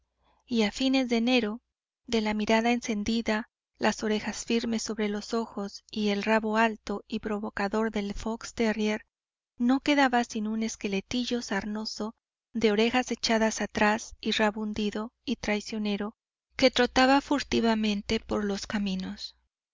y a fines de enero de la mirada encendida las orejas firmes sobre los ojos y el rabo alto y provocador del fox terrier no quedaba sino un esqueletillo sarnoso de orejas echadas atrás y rabo hundido y traicionero que trotaba furtivamente por los caminos